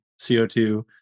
CO2